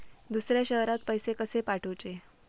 दुसऱ्या शहरात पैसे कसे पाठवूचे?